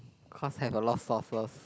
cause I got a lot of sources